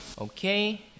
Okay